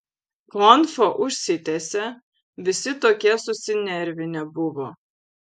konfa užsitęsė visi tokie susinervinę buvo